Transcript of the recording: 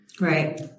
Right